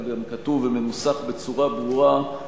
אלא גם כתוב ומנוסח בצורה ברורה,